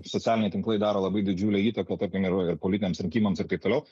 socialiniai tinklai daro labai didžiulę įtaką tarkim ir politiniams rinkimams ir taip toliau